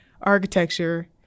architecture